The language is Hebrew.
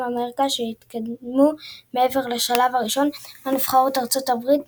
אמריקה שהתקדמו מעבר לשלב הראשון היו נבחרת ארצות הברית,